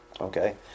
Okay